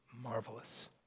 marvelous